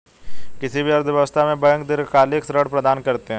किसी भी अर्थव्यवस्था में बैंक दीर्घकालिक ऋण प्रदान करते हैं